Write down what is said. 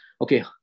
Okay